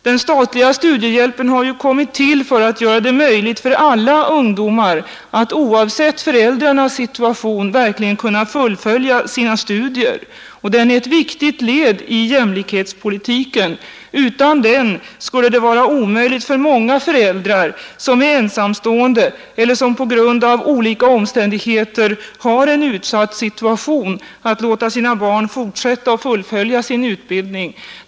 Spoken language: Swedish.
Den statliga studiehjälpen har ju kommit till för att göra det möjligt för alla ungdomar att oavsett föräldrarnas situation verkligen kunna fullfölja sina studier. Den är ett viktigt led i jämlikhetspolitiken. Utan studiehjälpen skulle det vara omöjligt för många föräldrar, som är ensamstående eller som på grund av olika omständigheter har en utsatt situation, att låta sina barn fortsätta och fullfölja sin utbildning.